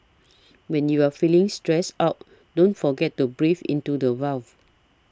when you are feeling stressed out don't forget to breathe into the void